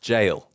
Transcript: Jail